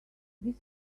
this